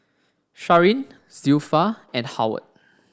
Sharyn Zilpha and Howard